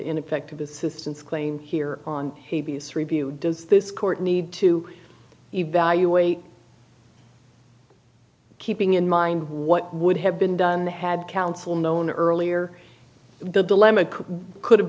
ineffective assistance claim here on p b s review does this court need to evaluate keeping in mind what would have been done had counsel known earlier the dilemma could